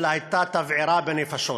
אלא הייתה תבערה בנפשות,